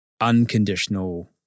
unconditional